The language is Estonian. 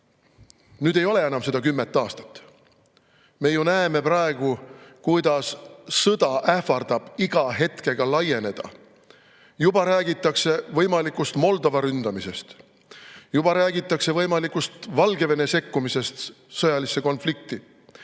Nüüd ei ole enam seda kümmet aastat. Me näeme praegu, kuidas sõda ähvardab iga hetkega laieneda. Juba räägitakse võimalikust Moldova ründamisest. Juba räägitakse võimalikust Valgevene sekkumisest sõjalisse konflikti.